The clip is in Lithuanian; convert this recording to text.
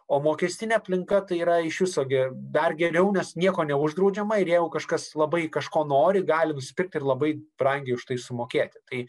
o mokestinė aplinka tai yra iš viso gi dar geriau nes nieko neuždraudžiama ir jeigu kažkas labai kažko nori gali nusipirkti ir labai brangiai už tai sumokėti kai